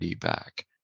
back